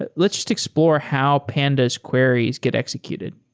ah let's just explore how pandas queries get executed